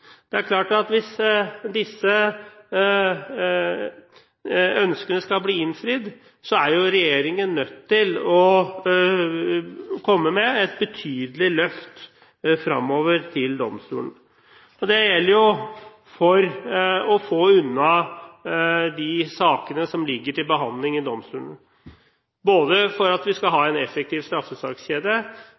er klart at hvis disse ønskene skal bli innfridd, er regjeringen nødt til å komme med et betydelig løft til domstolene fremover. Vi må få unna de sakene som ligger til behandling i domstolene for at vi skal ha en effektiv straffesakskjede